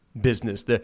business